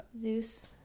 Zeus